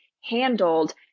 handled